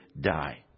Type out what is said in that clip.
die